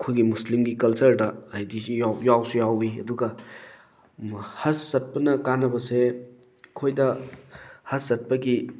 ꯑꯩꯈꯣꯏꯒꯤ ꯃꯨꯁꯂꯤꯝꯒꯤ ꯀꯜꯆꯔꯗ ꯍꯥꯏꯗꯤꯁꯤ ꯌꯥꯎꯁꯨ ꯌꯥꯎꯋꯤ ꯑꯗꯨꯒ ꯍꯖ ꯆꯠꯄꯅ ꯀꯥꯟꯅꯕꯁꯦ ꯑꯩꯈꯣꯏꯗ ꯍꯖ ꯆꯠꯄꯒꯤ